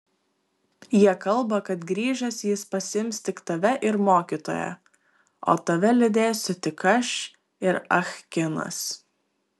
jie kalba kad grįžęs jis pasiims tik tave ir mokytoją o tave lydėsiu tik aš ir ah kinas